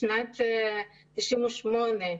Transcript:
משנת 1998,